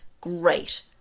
great